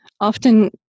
Often